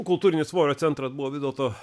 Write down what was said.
kultūrinis svorio centras buvo vis dėlto